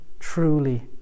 truly